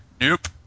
Nope